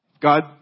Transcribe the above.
God